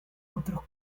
otros